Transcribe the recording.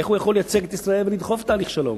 איך הוא יכול לייצג את ישראל ולדחוף תהליך שלום?